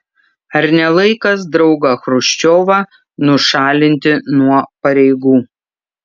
ar ne laikas draugą chruščiovą nušalinti nuo pareigų